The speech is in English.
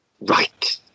right